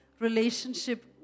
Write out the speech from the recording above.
Relationship